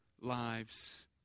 lives